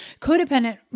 codependent